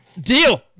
Deal